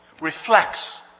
reflects